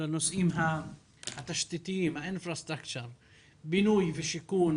לנושאים התשתיתיים כמו בינוי, שיכון,